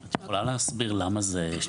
אתה יכולה להסביר למה זה,